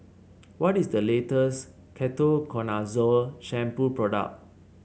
what is the latest Ketoconazole Shampoo product